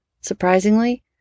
Surprisingly